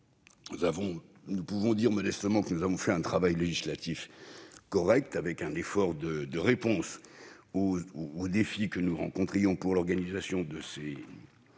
Nous pouvons dire modestement que nous avons accompli un travail législatif correct, avec un effort de réponse aux défis que nous rencontrions pour l'organisation de ces